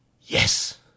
Yes